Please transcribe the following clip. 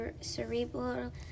cerebral